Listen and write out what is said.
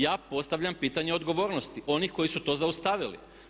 Ja postavljam pitanje odgovornosti onih koji su to zaustavili.